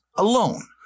alone